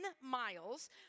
miles